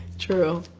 true.